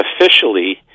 officially